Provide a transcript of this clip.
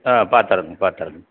ஆ பார்த்துத்தரங்க பார்த்துத்தரங்க